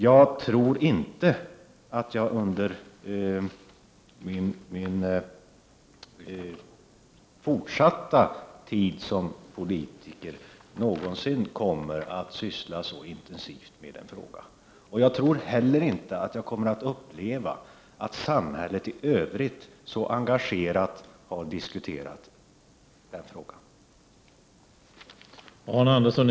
Jag tror inte att jag under min fortsatta tid som politiker någonsin kommer att syssla så intensivt med en fråga. Och jag tror inte heller att jag kommer att uppleva att samhället i övrigt så engagerat diskuterar den frågan.